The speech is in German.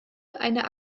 einer